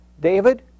David